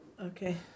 Okay